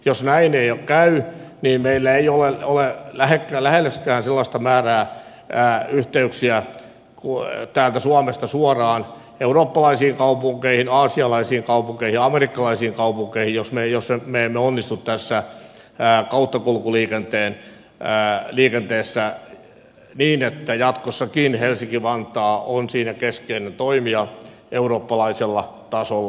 jos näin ei käy niin meillä ei ole lähellekään sellaista määrää yhteyksiä täältä suomesta suoraan eurooppalaisiin kaupunkeihin aasialaisiin kaupunkeihin ja amerikkalaisiin kaupunkeihin jos me emme onnistu tässä kauttakulkuliikenteessä niin että jatkossakin helsinki vantaa on siinä keskeinen toimija eurooppalaisella tasolla